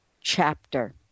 chapter